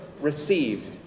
received